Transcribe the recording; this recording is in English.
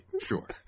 Sure